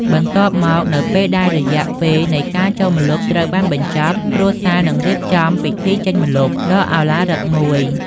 បន្ទាប់មក នៅពេលដែលរយៈពេលនៃការចូលម្លប់ត្រូវបានបញ្ចប់ គ្រួសារនឹងរៀបចំ ពិធីចេញម្លប់ ដ៏ឱឡារិកមួយ។